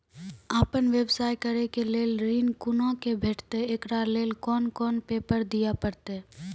आपन व्यवसाय करै के लेल ऋण कुना के भेंटते एकरा लेल कौन कौन पेपर दिए परतै?